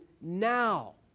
now